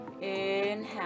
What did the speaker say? Inhale